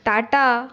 Tata